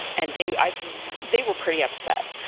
and they they were pretty upset,